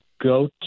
go